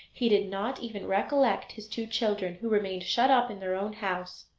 he did not even recollect his two children, who remained shut up in their own house!